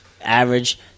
Average